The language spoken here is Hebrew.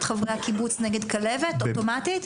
את חברי הקיבוץ נגד כלבת אוטומטית?